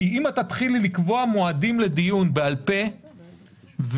אם תתחילי לקבוע מועדים לדיון בעל פה אנשים